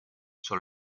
sur